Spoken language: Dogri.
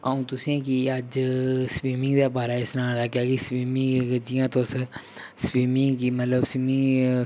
अ'ऊं तुसेंगी अज्ज स्वीमिंग दे बारै च सनान लग्गेआं कि स्वीमिंग जि'यां तुस स्वीमिंग गी मतलब स्वीमिंग